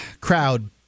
crowd